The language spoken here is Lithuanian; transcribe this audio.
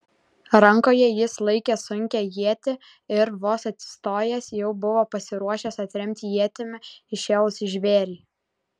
rankoje jis laikė sunkią ietį ir vos atsistojęs jau buvo pasiruošęs atremti ietimi įšėlusį žvėrį